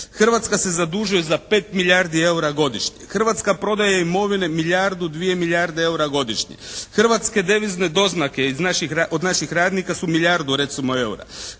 Hrvatska se zadužuje za 5 milijardi eura godišnje. Hrvatska prodaje imovine milijardu, dvije milijarde eura godišnje. Hrvatske devizne doznake od naših radnika su milijardu recimo eura.